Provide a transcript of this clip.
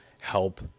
help